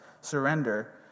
surrender